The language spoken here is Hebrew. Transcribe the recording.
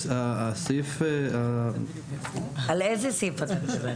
על איזה סעיף אתה מדבר?